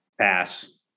Pass